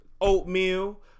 oatmeal